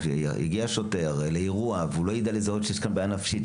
כשיגיע שוטר לאירוע ולא יידע לזהות שיש כאן בעיה נפשית,